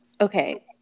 Okay